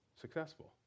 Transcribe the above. successful